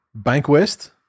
Bankwest